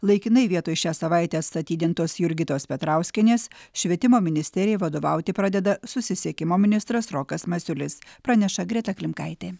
laikinai vietoj šią savaitę atstatydintos jurgitos petrauskienės švietimo ministerijai vadovauti pradeda susisiekimo ministras rokas masiulis praneša greta klimkaitė